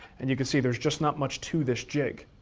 and you can see there's just not much to this jig.